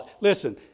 Listen